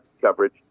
coverage